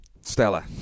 Stella